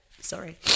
sorry